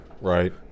Right